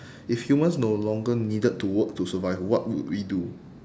if humans no longer needed to work to survive what would we do